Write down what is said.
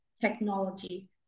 technology